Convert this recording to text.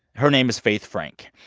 her name is faith frank.